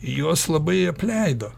juos labai apleido